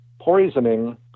poisoning